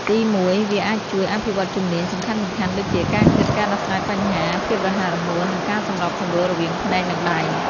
ទីមួយ វាអាចជួយ អភិវឌ្ឍជំនាញ សំខាន់ៗដូចជា ការគិត ការដោះស្រាយបញ្ហា ភាពរហ័សរហួន និងការសម្របសម្រួលរវាងភ្នែក និងដៃ។